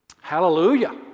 Hallelujah